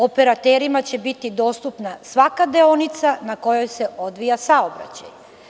Operaterima će biti dostupna svaka deonica na kojoj se odvija saobraćaj.